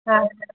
हा